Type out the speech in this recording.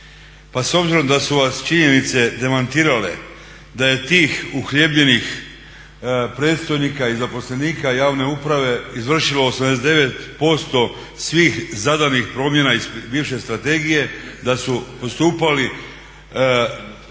pa s obzirom da su vas činjenice demantirale da je tih uhljebljenih predstojnika i zaposlenika javne uprave izvršilo 89% svih zadanih promjena iz bivše strategije, da su postupali